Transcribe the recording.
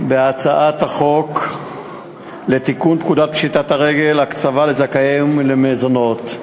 בהצעת החוק לתיקון פקודת פשיטת הרגל (הקצבה לזכאי למזונות),